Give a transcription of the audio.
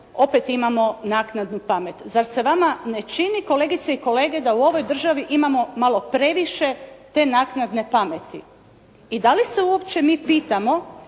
opet imamo naknadnu pamet. Zar se vama ne čini, kolegice i kolege da u ovoj državi imamo malo previše te naknadne pameti. I da li se uopće mi pitamo